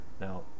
Now